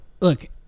Look